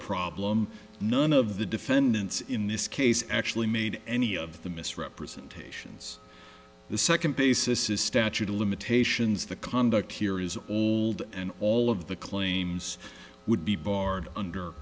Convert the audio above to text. problem none of the defendants in this case actually made any of the misrepresentations the second basis is statute of limitations the conduct here is old and all of the claims would be barred under